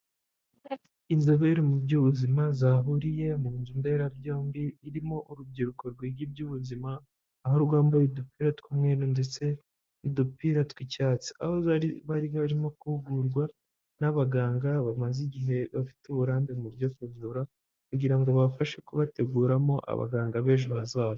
Inzobere mu by'ubuzima zahuriye mu nzu mberabyombi, irimo urubyiruko rwiga iby'ubuzima, aho rwambaye udupira tw'umweru ndetse n'udupira tw'icyatsi, aho bari baririmo guhugurwa n'abaganga bamaze igihe, bafite uburambe mu byo kuvura, kugira babafashe kubateguramo abahanga b'ejo hazaza.